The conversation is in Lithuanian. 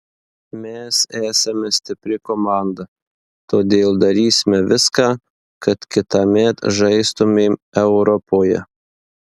mes esame stipri komanda todėl darysime viską kad kitąmet žaistumėm europoje